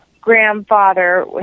grandfather